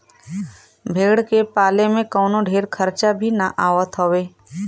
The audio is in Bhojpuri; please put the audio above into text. भेड़ के पाले में कवनो ढेर खर्चा भी ना आवत हवे